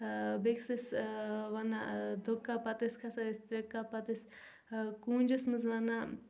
بیٚکِس ٲسۍ ونان دُکا پتہ ٲسۍ کھسان أسۍ تُرکا پتہٕ ٲسۍ کوٗنجس منٛز وَنان